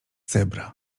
cebra